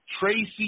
Tracy